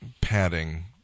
padding